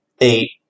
eight